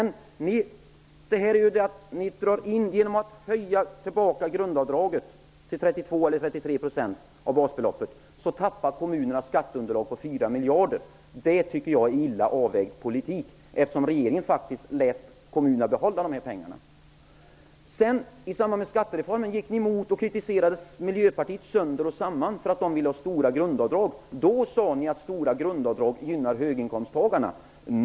Ni vill höja grundavdraget till 32 eller 33 % av basbeloppet. Härigenom skulle kommunerna förlora ett skatteunderlag på 4 miljarder, och det är illa avvägd politik, eftersom regeringen faktiskt har låtit kommunerna behålla dessa pengar. I samband med skattereformen kritiserade ni miljöpartiet sönder och samman därför att det ville ha stora grundavdrag. Ni sade då att stora grundavdrag gynnar höginkomsttagarna.